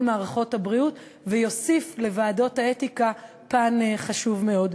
מערכות הבריאות ויוסיף לוועדות האתיקה פן חשוב מאוד.